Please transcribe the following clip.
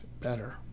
Better